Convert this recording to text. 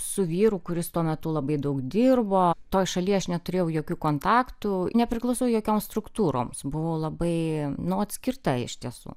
su vyru kuris tuo metu labai daug dirbo toj šaly aš neturėjau jokių kontaktų nepriklausiau jokioms struktūroms buvo labai nu atskirta iš tiesų